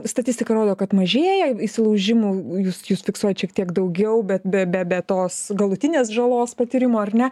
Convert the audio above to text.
statistika rodo kad mažėja įsilaužimų jūs jūs fiksuojat šiek tiek daugiau bet be be be tos galutinės žalos patyrimo ar ne